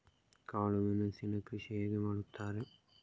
ಕಾಳು ಮೆಣಸಿನ ಕೃಷಿ ಹೇಗೆ ಮಾಡುತ್ತಾರೆ?